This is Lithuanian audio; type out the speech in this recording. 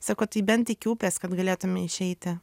sako tai bent iki upės kad galėtume išeiti